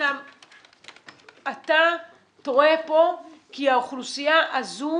--- אתה טועה פה כי האוכלוסייה הזו